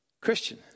Christian